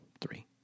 three